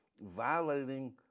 violating